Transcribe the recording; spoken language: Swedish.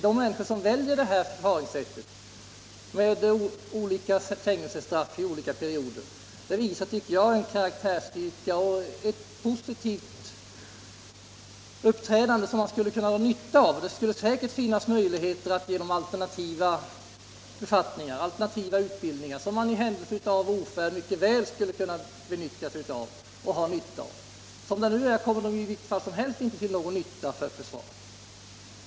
De människor som vägrar att fullgöra militärtjänstgöring och hellre tar fängelsestraff i olika perioder visar, tycker jag, en karaktärsstyrka som man skulle kunna dra nytta av. Det finns säkert möjligheter att ge dem en alternativ utbildning som vi i händelse av ofärd skulle kunna ha nytta av. Som det nu är blir de inte till någon som helst nytta för försvaret.